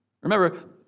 Remember